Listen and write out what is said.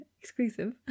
exclusive